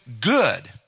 good